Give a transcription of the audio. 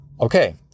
Okay